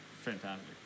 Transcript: fantastic